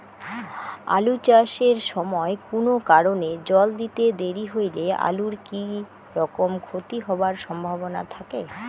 আলু চাষ এর সময় কুনো কারণে জল দিতে দেরি হইলে আলুর কি রকম ক্ষতি হবার সম্ভবনা থাকে?